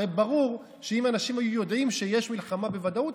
הרי ברור שאם אנשים היו יודעים שיש מלחמה בוודאות,